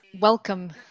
welcome